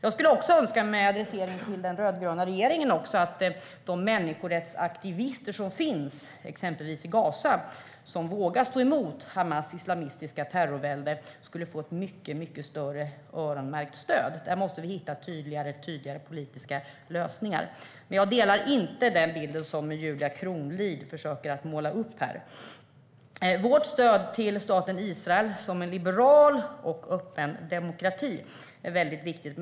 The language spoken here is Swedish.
Jag skulle också önska, med adressering även till den rödgröna regeringen, att de människorättsaktivister som finns exempelvis i Gaza och som vågar stå emot Hamas islamistiska terrorvälde skulle få ett mycket större öronmärkt stöd. Där måste vi hitta tydligare politiska lösningar. Men jag delar inte den bild som Julia Kronlid försöker att måla upp här. Vårt stöd till staten Israel, som en liberal och öppen demokrati, är mycket viktigt.